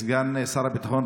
סגן שר הביטחון,